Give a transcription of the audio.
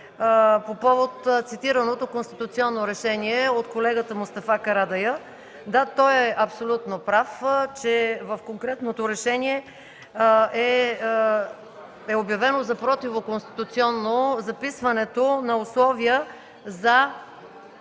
по повод цитираното Конституционно решение от колегата Мустафа Карадайъ. Да, той е абсолютно прав, че в конкретното решение е обявено за противоконституционно записването на условия за